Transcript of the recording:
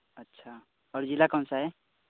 अच्छा और जिला कौन सा है